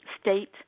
state